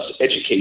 education